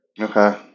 okay